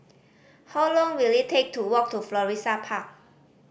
how long will it take to walk to Florissa Park